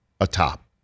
atop